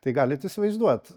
tai galit įsivaizduot